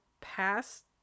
past